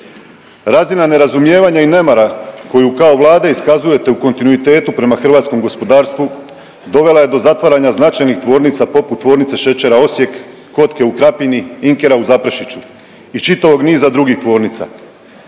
Razina nerazumijevanja i nemara koju kao vlada iskazujete u kontinuitetu prema hrvatskom gospodarstvu dovela je do zatvaranja značajnih tvornica poput Tvornice šećera Osijek, Kotke u Krapini, Inkera u Zaprešiću i čitavog niza drugih tvornica.